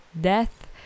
death